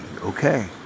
okay